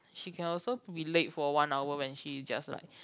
she can also be late for one hour when she just like